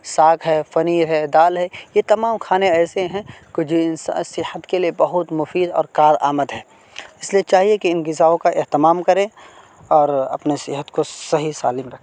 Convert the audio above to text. ساگ ہے پنیر ہے دال ہے یہ تمام کھانے ایسے ہیں صحت کے لیے بہت مفید اور کارآمد ہے اس لیے چاہیے کہ ان غذاؤں کا اہتمام کرے اور اپنے صحت کو صحیح سالم رکھیں